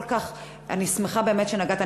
אני שמחה באמת שנגעת,